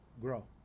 grow